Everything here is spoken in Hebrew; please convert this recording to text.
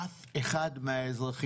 אף אחד מהאזרחים,